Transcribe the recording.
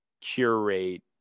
curate